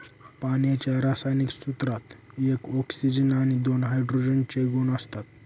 पाण्याच्या रासायनिक सूत्रात एक ऑक्सीजन आणि दोन हायड्रोजन चे अणु असतात